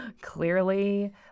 clearly